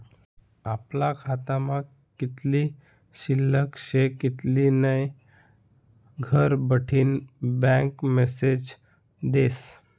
आपला खातामा कित्ली शिल्लक शे कित्ली नै घरबठीन बँक मेसेज देस